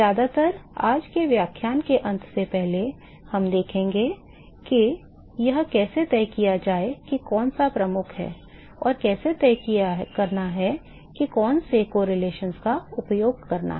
ज्यादातर आज के व्याख्यान के अंत से पहले हम देखेंगे कि यह कैसे तय किया जाए कि कौन सा प्रमुख है और कैसे तय करना है कि कौन से सहसंबंधों का उपयोग करना है